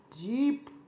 deep